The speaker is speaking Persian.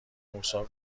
موسی